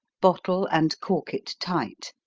bottle and cork it tight.